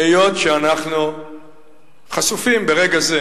היות שאנחנו חשופים ברגע זה